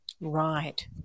Right